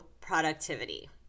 productivity